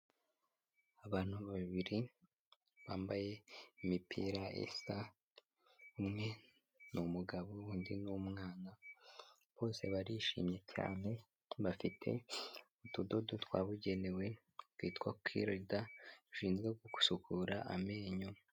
Abantu babiri bambaye imipira isa umwe n'umugabo undi n'umwana, bose barishimye cyane bafite utudodo twabugenewe twitwa kirida dushinzwe gusukura amenyo.